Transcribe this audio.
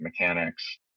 Mechanics